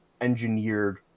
engineered